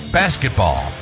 basketball